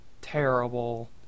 terrible